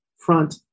front